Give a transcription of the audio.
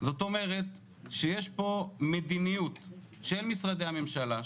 זאת אומרת שיש פה מדיניות של משרדי הממשלה,